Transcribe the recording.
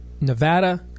Nevada